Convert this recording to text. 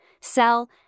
sell